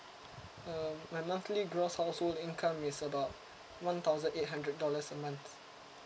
uh my monthly gross household income is about one thousand eight hundred dollars a month